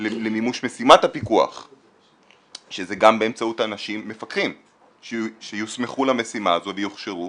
למימוש משימת הפיקוח שזה גם באמצעות מפקחים שיוסמכו למשימה הזו ויוכשרו